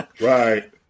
Right